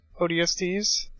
ODSTs